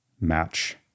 match